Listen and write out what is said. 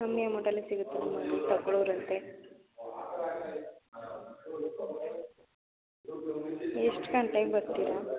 ಕಮ್ಮಿ ಅಮೌಂಟಲ್ಲಿ ಸಿಗುತ್ತೆ ನಿಮಗೆ ತಗೊಳ್ಳುವಿರಂತೆ ಎಷ್ಟು ಗಂಟೆಗೆ ಬರುತ್ತೀರ